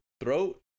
throat